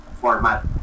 format